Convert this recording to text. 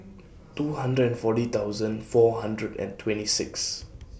two hundred and forty thousand four hundred and twenty six